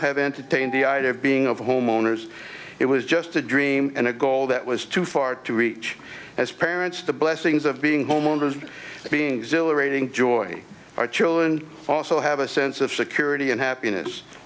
have entertained the idea of being of homeowners it was just a dream and a goal that was too far to reach as parents the blessings of being homeowners being exhilarating joy our children also have a sense of security and happiness